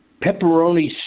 pepperoni